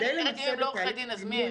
אם הם לא עורכי דין אז מי הם?